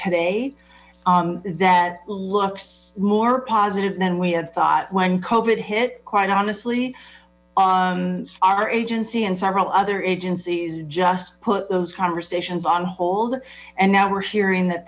today that looks more positive than we had thought when it hit quite honestly our agency and several other agencies just put those conversations on hold and now we're hearing that